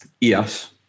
Yes